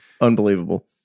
Unbelievable